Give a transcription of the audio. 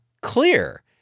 clear